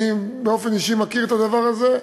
אני, באופן אישי, מכיר את הדבר הזה.